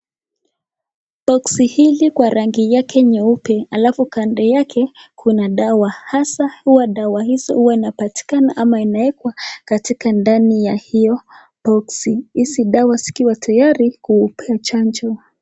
Boxi hili kwa rangi yake nyeupe, alafu kando yake, kuna dawa, hasa huwa dawa hizo huwa inapatikana ama inaekwa katika ndani ya hio boxi, hizi dawa zikiwa tayari kumpa chanjo.